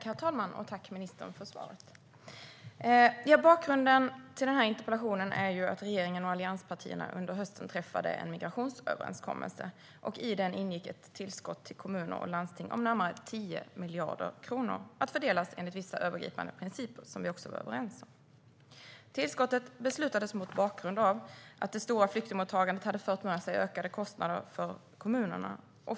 Herr talman! Jag tackar ministern för svaret. Bakgrunden till interpellationen är att regeringen och allianspartierna under hösten träffade en migrationsöverenskommelse. I den ingick ett tillskott till kommuner och landsting på närmare 10 miljarder kronor att fördelas enligt vissa övergripande principer som vi var överens om. Tillskottet beslutades mot bakgrund av att det stora flyktingmottagandet hade fört med sig ökade kostnader för kommunerna.